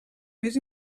més